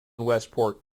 westport